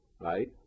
right